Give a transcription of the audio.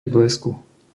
blesku